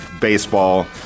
baseball